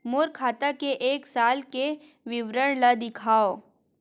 मोर खाता के एक साल के विवरण ल दिखाव?